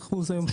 מ-25% היום,